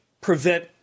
prevent